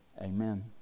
Amen